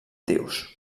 dius